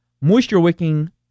moisture-wicking